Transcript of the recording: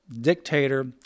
dictator